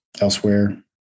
elsewhere